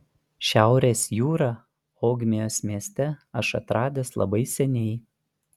šiaurės jūrą ogmios mieste aš atradęs labai seniai